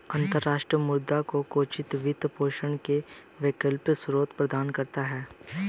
अंतर्राष्ट्रीय मुद्रा कोष वित्त पोषण के वैकल्पिक स्रोत प्रदान करता है